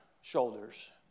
shoulders